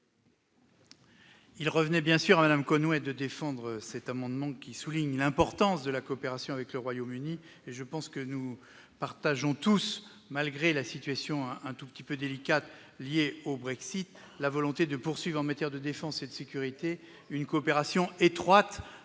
Il revenait, bien sûr, à Mme Conway-Mouret de défendre cet amendement, qui tend à souligner l'importance de la coopération avec le Royaume-Uni. Je pense que nous partageons tous, malgré la situation un peu délicate liée au Brexit, la volonté de poursuivre, en matière de défense et de sécurité, une coopération étroite